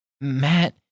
Matt